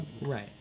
Right